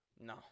No